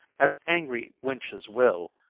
as angry wenches will,